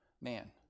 man